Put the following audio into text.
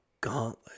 gauntlet